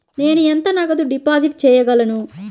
నేను ఎంత నగదు డిపాజిట్ చేయగలను?